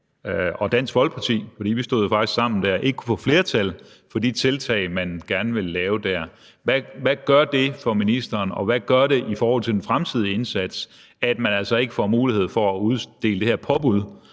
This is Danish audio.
og Dansk Folkeparti, fordi vi stod jo faktisk sammen der, ikke kunne få flertal for de tiltag, vi gerne ville lave der. Hvad gør det for ministeren, og hvad gør det i forhold til den fremtidige indsats, at man altså ikke får mulighed for at udstede det her påbud